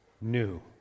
new